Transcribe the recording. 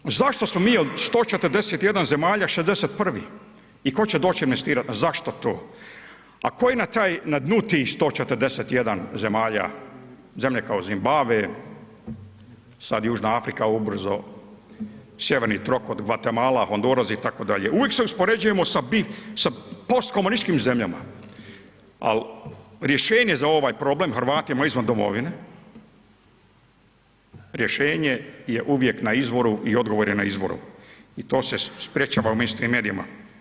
Konkurentnost, zašto smo mi od 141 zemalja 61. i tko će doći investirat, zašto to, a tko je taj, na dnu tih 141 zemalja, zemlje kao Zimbabve, sad Južna Afrika ubrzo, Sjeverni trokut, Gvatemala, Honduras itd., uvijek se uspoređujemo sa postkomunističkim zemljama, al rješenje za ovaj problem Hrvatima izvan domovine rješenje je uvijek na izvoru i odgovor je na izvoru i to se sprječava u … [[Govornik se ne razumije]] medijama.